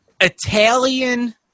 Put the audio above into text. Italian